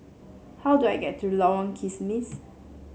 how do I get to Lorong Kismis